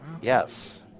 Yes